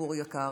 ציבור יקר?